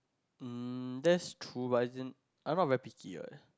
hmm that's true but is in I'm not very picky one